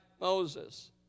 Moses